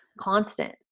constant